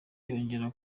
yongeye